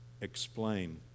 Explain